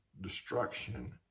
destruction